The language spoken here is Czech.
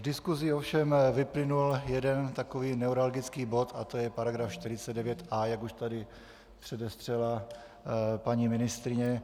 V diskusi ovšem vyplynul jeden takový neuralgický bod a to je § 49a, jak už tady předestřela paní ministryně.